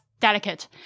delicate